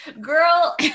Girl